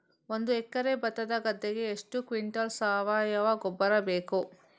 ಒಂದು ಎಕರೆ ಭತ್ತದ ಗದ್ದೆಗೆ ಎಷ್ಟು ಕ್ವಿಂಟಲ್ ಸಾವಯವ ಗೊಬ್ಬರ ಬೇಕು?